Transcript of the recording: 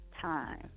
time